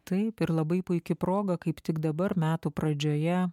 taip ir labai puiki proga kaip tik dabar metų pradžioje